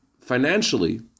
financially